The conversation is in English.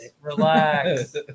Relax